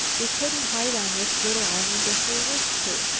we couldn't hide on this little island if we wished to.